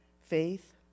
Faith